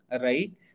right